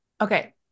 Okay